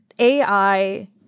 AI